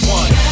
one